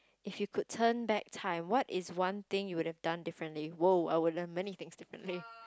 if you could turn back time what is one thing you would have done differently !woah! I would have done many things differently